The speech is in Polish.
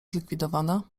zlikwidowana